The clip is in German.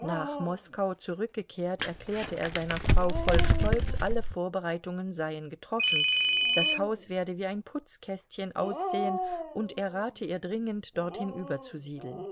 nach moskau zurückgekehrt erklärte er seiner frau voll stolz alle vorbereitungen seien getroffen das haus werde wie ein putzkästchen aussehen und er rate ihr dringend dorthin überzusiedeln